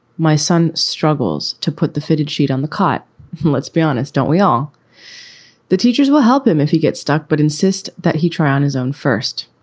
my son struggles to put the fitted sheet on the court. and let's be honest, don't we? all the teachers will help him if he gets stuck, but insist that he try on his own first.